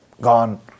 gone